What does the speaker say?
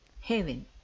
heaven